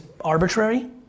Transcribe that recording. arbitrary